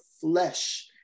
flesh